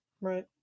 Right